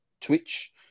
Twitch